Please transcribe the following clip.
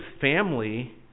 family